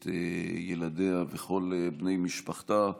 את ילדיה וכל בני משפחתה,